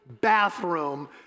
bathroom